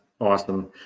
awesome